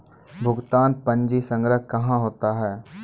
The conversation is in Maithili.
भुगतान पंजी संग्रह कहां होता हैं?